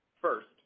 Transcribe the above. First